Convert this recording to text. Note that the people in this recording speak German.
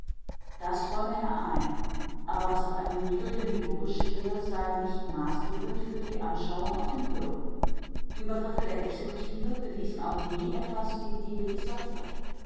das räume er ein aber was auf einem niedrigen niveau geschehe sei nicht maßgebend für die anschauung auf dem höheren übergriffe der exekutive bewiesen auch nie etwas gegen die